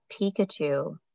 Pikachu